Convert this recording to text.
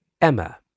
Emma